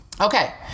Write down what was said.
Okay